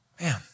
Man